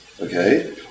Okay